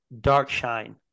Darkshine